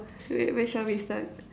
where where shall we start